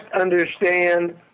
understand